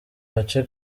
gace